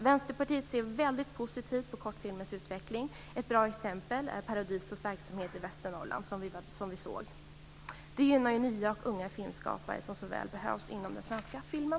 Vänsterpartiet ser väldigt positivt på kortfilmens utveckling. Ett bra exempel är Paradisos verksamhet i Västernorrland, som vi såg. Den gynnar nya och unga filmskapare som så väl behövs inom den svenska filmen.